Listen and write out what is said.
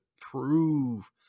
prove